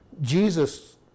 Jesus